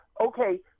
Okay